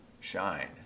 shine